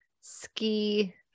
ski